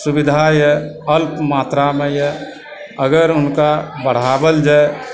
सुविधाए अल्प मात्रामेए अगर हुनका बढ़ाओल जाय